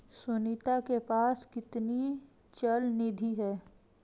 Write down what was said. सुनीता के पास कितनी चल निधि है?